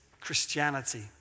Christianity